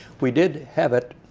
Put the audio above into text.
we did have it